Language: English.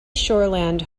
shoreland